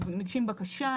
הם מגישים בקשה,